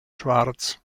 schwarz